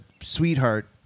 sweetheart